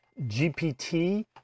GPT